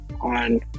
on